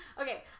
Okay